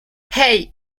hey